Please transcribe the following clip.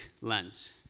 lens